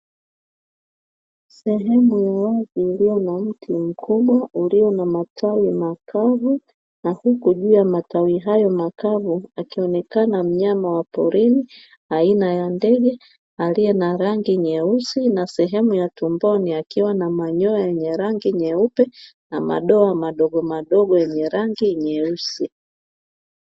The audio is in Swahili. Sehemu ya wazi iliyo na mti mkubwa, ulio na matawi makavu na huku juu ya matawi hayo makavu akionekana mnyama wa porini aina ya ndege, aliye na rangi nyeusi na sehemu ya tumboni akiwa na manyoya yenye rangi nyeupe na madoa madogomadogo yenye rangi nyeusi.